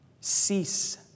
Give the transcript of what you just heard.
cease